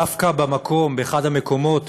דווקא אחד המקומות